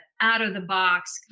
out-of-the-box